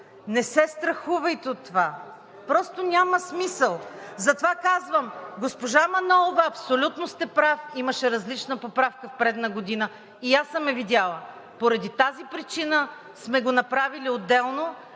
Не се страхувайте от това. Просто няма смисъл. Затова казвам, за госпожа Манолова, абсолютно сте прав, имаше различна поправка в предна година и аз съм я видяла. Поради тази причина сме го направили отделно